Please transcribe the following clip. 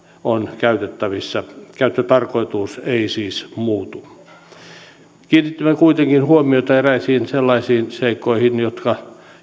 on käytettävissä käyttötarkoitus ei siis muutu kiinnittäisin kuitenkin huomiota eräisiin sellaisiin seikkoihin jotka